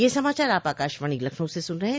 ब्रे क यह समाचार आप आकाशवाणी लखनऊ से सुन रहे हैं